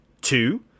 Two